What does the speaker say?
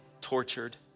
tortured